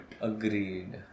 agreed